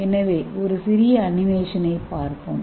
எனவே ஒரு சிறிய அனிமேஷனைப் பார்ப்போம்